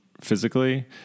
physically